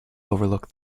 overlook